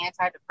antidepressant